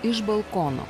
iš balkono